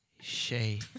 Shay